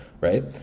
right